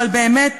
אבל באמת,